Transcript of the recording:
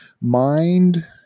mind